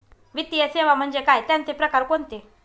वित्तीय सेवा म्हणजे काय? त्यांचे प्रकार कोणते?